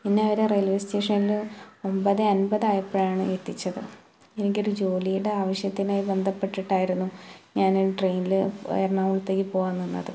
പിന്നെ അവരെ റെയിൽവേ സ്റ്റേഷൻല് ഒൻപത് അൻപതായപ്പോഴാണ് എത്തിച്ചത് എനിക്കൊരു ജോലിയുടെ ആവശ്യത്തിനായി ബന്ധപെട്ടിട്ടായിരുന്നു ഞാൻ ട്രെയിനിൽ എറണാകുളത്തേക്ക് പോവാൻ നിന്നത്